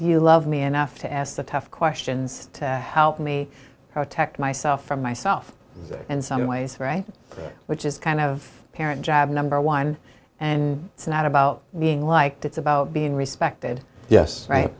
you love me enough to ask the tough questions to help me protect myself from myself and some ways right which is kind of a parent job number one and it's not about being liked it's about being respected yes right